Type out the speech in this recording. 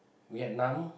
Vietnam